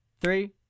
Three